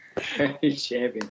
champion